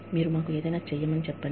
మీరు మాకు ఏదైనా చేయమని చెప్పండి